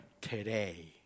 today